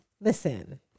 listen